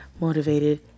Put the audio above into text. motivated